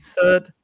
third